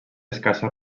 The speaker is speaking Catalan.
escassa